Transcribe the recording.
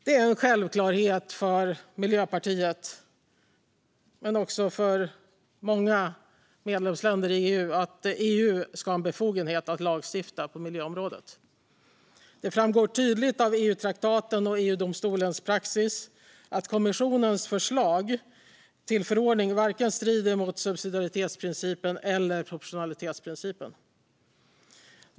Det är en självklarhet för Miljöpartiet men också för många medlemsländer i EU att EU ska ha en befogenhet att lagstifta på miljöområdet. Det framgår tydligt av EU-traktaten och EU-domstolens praxis att kommissionens förslag till förordning varken strider mot subsidiaritetsprincipen eller proportionalitetsprincipen.